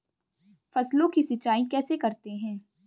फसलों की सिंचाई कैसे करते हैं?